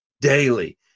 daily